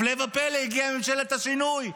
הפלא ופלא, הגיעה ממשלת השינוי,